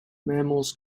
mammals